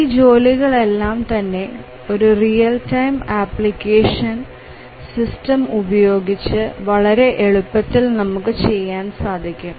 ഈ ജോലികൾ എല്ലാം തന്നെ ഒരു റിയൽ ടൈം ഓപ്പറേറ്റിംഗ് സിസ്റ്റം ഉപയോഗിച്ച് വളരെ എളുപ്പത്തിൽ നമുക്ക് ചെയ്യാൻ സാധിക്കും